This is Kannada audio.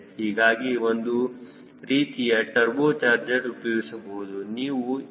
ಹೀಗಾಗಿ ಒಂದು ರೀತಿಯ ಟರ್ಬೋ ಚಾರ್ಜರ್ ಉಪಯೋಗಿಸಬಹುದು